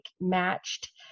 matched